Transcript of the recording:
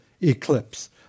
eclipse